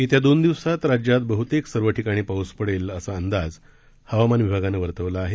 येत्या दोन दिवसांत राज्यात बहतेक सर्व ठिकाणी पाऊस पडेल असा अंदाज हवामान विभागानं वर्तवला आहे